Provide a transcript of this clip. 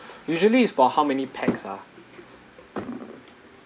usually is for how many pax ah